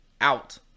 Out